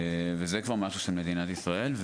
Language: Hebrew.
זה כבר משהו של מדינת ישראל.